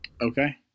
Okay